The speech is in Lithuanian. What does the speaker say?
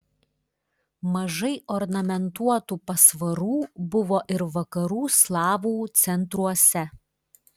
mažai ornamentuotų pasvarų buvo ir vakarų slavų centruose